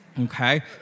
okay